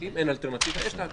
אם אין אלטרנטיבה, יש לה הצדקה.